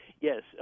Yes